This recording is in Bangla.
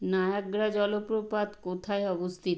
নায়াগ্রা জলপ্রপাত কোথায় অবস্তিত